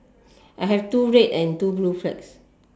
I have two red and two blue flags